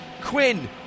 Quinn